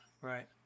Right